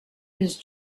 his